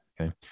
Okay